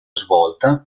svolta